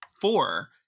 four